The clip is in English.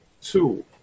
Two